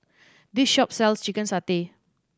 this shop sells chicken satay